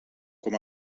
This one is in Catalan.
com